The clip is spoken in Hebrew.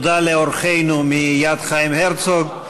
תודה לאורחינו מ"יד חיים הרצוג".